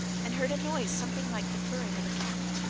and heard a noise something like the purring of a cat,